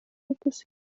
ikusirik